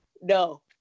No